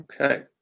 Okay